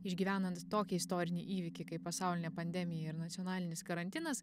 išgyvenant tokį istorinį įvykį kaip pasaulinė pandemija ir nacionalinis karantinas